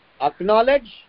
acknowledge